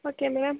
okay ma'am